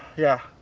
yeah.